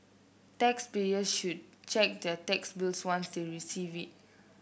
taxpayers should check their tax bills once they receive it